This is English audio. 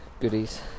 goodies